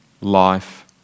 life